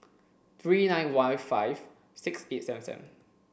three nine one five six eight seven seven